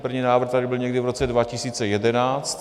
První návrh tady byl někdy v roce 2011.